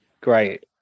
great